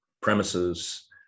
premises